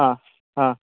ಹಾಂ ಹಾಂ